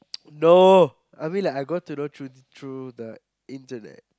no I mean like I got to know through through the internet